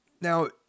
Now